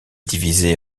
divisée